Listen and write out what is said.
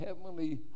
heavenly